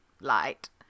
light